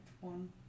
one